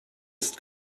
ist